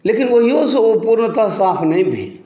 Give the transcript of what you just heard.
लेकिन ओहिओसँ ओ पूर्णतः साफ नहि भेल